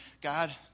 God